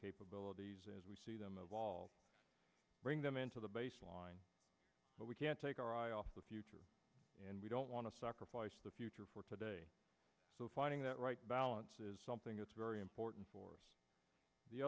capabilities as we see them evolve bring them into the baseline but we can't take our eye off the future and we don't want to sacrifice the future for today so finding that right balance is something that's very important for us the